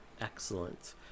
excellent